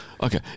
Okay